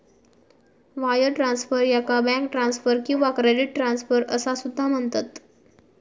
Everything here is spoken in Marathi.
वायर ट्रान्सफर, याका बँक ट्रान्सफर किंवा क्रेडिट ट्रान्सफर असा सुद्धा म्हणतत